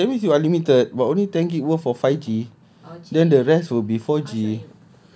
ya lah that means you unlimited but only ten gig worth of five G then the rest would be four G